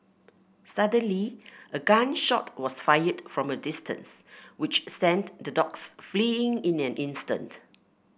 suddenly a gun shot was fired from a distance which sent the dogs fleeing in an instant